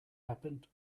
happened